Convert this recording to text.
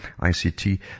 ICT